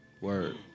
Word